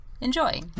Enjoy